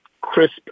crisp